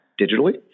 digitally